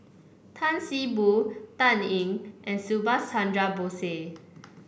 Tan See Boo Dan Ying and Subhas Chandra Bose